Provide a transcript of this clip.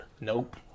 Nope